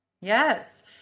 Yes